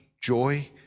joy